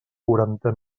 quaranta